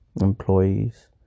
employees